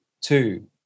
two